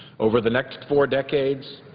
over the next four decades,